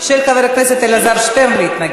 של חבר הכנסת אלעזר שטרן להתנגד.